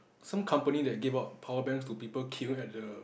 some company that give out power banks to people queuing at the